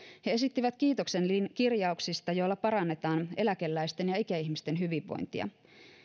he esittivät kiitoksen kirjauksista joilla parannetaan eläkeläisten ja ikäihmisten hyvinvointia